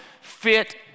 fit